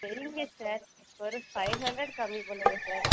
சரிங்க சார் ஒரு five hundred கம்மி பண்ணுங்கள் சார்